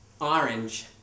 orange